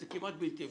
זה כמעט בלתי אפשרי.